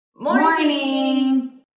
morning